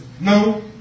No